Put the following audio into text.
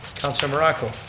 councillor morocco.